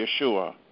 Yeshua